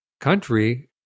country